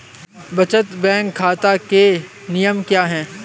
बचत बैंक खाता के नियम क्या हैं?